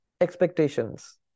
expectations